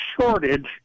shortage